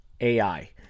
AI